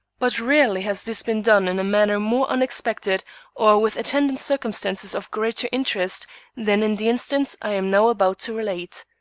but rarely has this been done in a manner more unexpected or with attendant circumstances of greater interest than in the instance i am now about to relate.